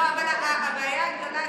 הבעיה הגדולה,